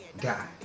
guy